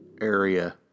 area